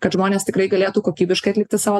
kad žmonės tikrai galėtų kokybiškai atlikti savo